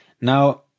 Now